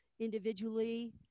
individually